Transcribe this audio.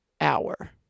Hour